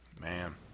Man